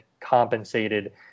compensated